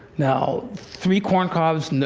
now, three corncobs,